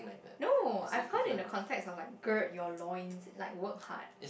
no I found in the context of like girt your loins like work hard